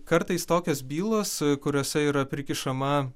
kartais tokios bylos kuriose yra prikišama